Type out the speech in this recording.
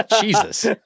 Jesus